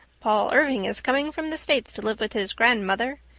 paul irving is coming from the states to live with his grandmother.